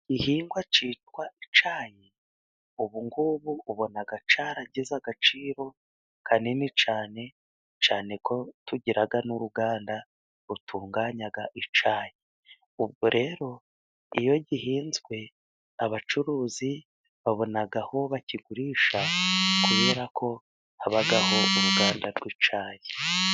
Igihingwa cyitwa icyayi, ubungubu ubona cyaragize agaciro kanini cyane, cyane ko tugira n'uruganda rutunganya icyayi. Ubwo rero, iyo gihinzwe, abacuruzi babona aho bakigurisha kubera ko habaho uruganda rw'icyayi.